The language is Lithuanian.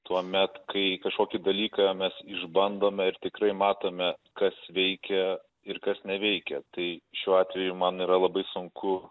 tuomet kai kažkokį dalyką mes išbandome ir tikrai matome kas veikia ir kas neveikia tai šiuo atveju man yra labai sunku